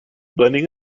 blending